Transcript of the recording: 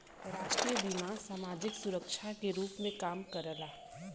राष्ट्रीय बीमा समाजिक सुरक्षा के रूप में काम करला